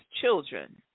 children